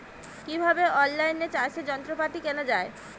কিভাবে অন লাইনে চাষের যন্ত্রপাতি কেনা য়ায়?